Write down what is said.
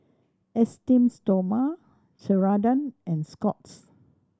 Esteem Stoma Ceradan and Scott's